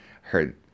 heard